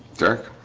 thank